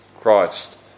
Christ